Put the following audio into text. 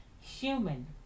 human